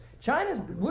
China's